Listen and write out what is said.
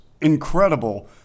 incredible